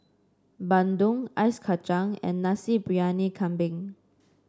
Bandung Ice Kacang and Nasi Briyani Kambing